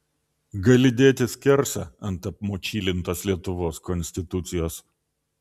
gali dėti skersą ant apmočylintos lietuvos konstitucijos